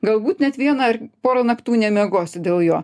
galbūt net vieną ar porą naktų nemiegosi dėl jo